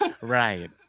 Right